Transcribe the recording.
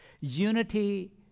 unity